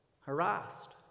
Harassed